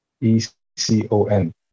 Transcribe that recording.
E-C-O-N